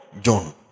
John